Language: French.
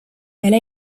elle